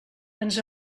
ens